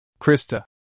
Krista